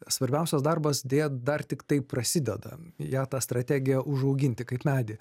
svarbiausias darbas deja dar tiktai prasideda ją tą strategiją užauginti kaip medį